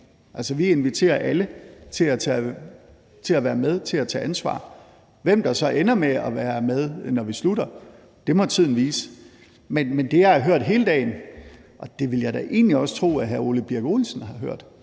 Vi inviterer alle til at være med til at tage ansvar. Hvem der så ender med at være med, når vi slutter, må tiden vise. Men det, jeg har hørt hele dagen, og det vil jeg da egentlig også tro at hr. Ole Birk Olesen har hørt,